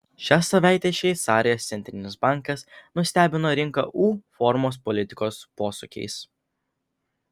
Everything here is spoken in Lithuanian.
šią savaitę šveicarijos centrinis bankas nustebino rinką u formos politikos posūkiais